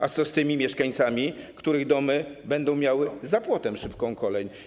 A co z mieszkańcami, których domy będą miały za płotem szybką kolej?